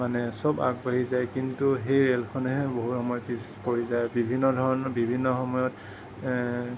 মানে চব আগবাঢ়ি যায় কিন্তু সেই ৰেলখনহে বহু সময় পিছ পৰি যায় বিভিন্ন ধৰণৰ বিভিন্ন সময়ত